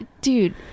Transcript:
dude